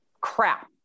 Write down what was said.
crap